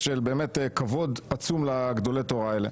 של באמת כבוד עצום לגדולי התורה האלה.